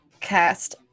cast